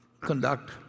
conduct